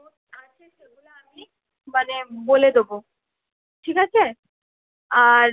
আছে সেগুলো আমি মানে বলে দেবো ঠিক আছে আর